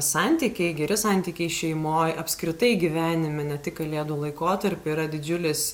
santykiai geri santykiai šeimoj apskritai gyvenime ne tik kalėdų laikotarpiu yra didžiulis